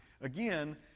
Again